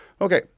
Okay